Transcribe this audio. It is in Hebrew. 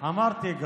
וגם אמרתי,